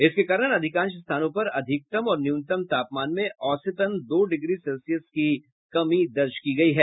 इसके कारण अधिकांश स्थानों पर अधिकतम और न्यूनतम तापमान में औसतन दो डिग्री सेल्सियस की कमी दर्ज की गयी है